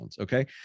Okay